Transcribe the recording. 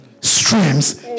streams